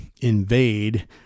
invade